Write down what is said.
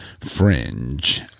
Fringe